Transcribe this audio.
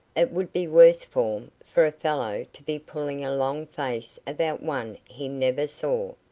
it would be worse form for a fellow to be pulling a long face about one he never saw.